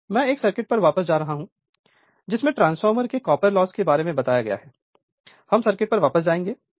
Refer Slide Time 1519 मैं 1 circuit पर वापस जा रहा हूं जिसमें ट्रांसफार्मर के कॉपर लॉस के बारे में बताया गया है हम सर्किट पर वापस जाएंगे